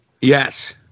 Yes